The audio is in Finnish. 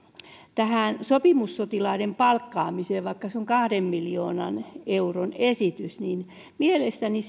tähän sopimussotilaiden palkkaamiseen vaikka se on kahden miljoonan euron esitys niin mielestäni